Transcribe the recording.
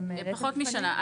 פחות משנה.